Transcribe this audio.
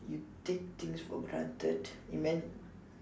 you take things for granted imagine